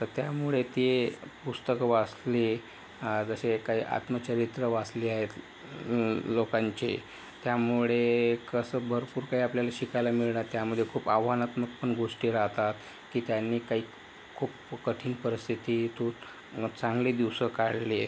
तर त्यामुळे ते पुस्तकं वाचली जसे काही आत्मचरित्र वाचली आहेत लोकांचे त्यामुळे कसं भरपूर काय आपल्याला शिकायला मिळणार त्यामध्ये खूप आव्हानात्मक पण गोष्टी राहतात की त्यांनी काही खूप कठीण परिस्थितीतून मग चांगले दिवस काढली आहे